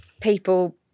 people